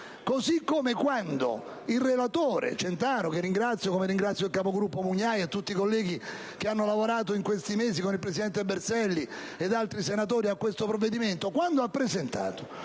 così come quando il relatore Centaro - che ringrazio, come ringrazio il capogruppo Mugnai e tutti i colleghi che hanno lavorato in questi mesi con il presidente Berselli ed altri senatori a questo provvedimento - ha presentato